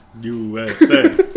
USA